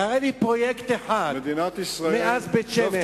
תראה לי פרויקט אחד מאז בית-שמש.